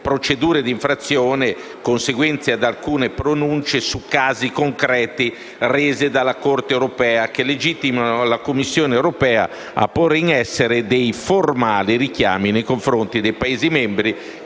procedure di infrazione, conseguenti ad alcune pronunce su casi concreti rese dalla Corte europea, che legittimano la Commissione europea a porre in essere dei formali richiami nel confronti dei Paesi membri